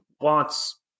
wants